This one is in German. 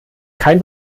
kein